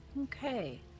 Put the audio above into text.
Okay